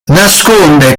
nasconde